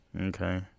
okay